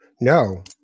no